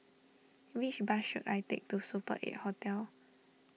which bus should I take to Super eight Hotel